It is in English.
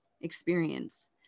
experience